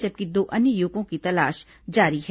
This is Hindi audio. जबकि दो अन्य युवकों की तलाश जारी है